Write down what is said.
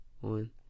one